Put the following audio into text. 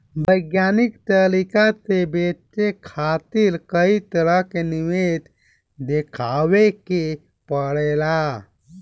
वैज्ञानिक तरीका से बचे खातिर कई तरह के निवेश देखावे के पड़ेला